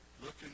looking